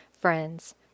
friends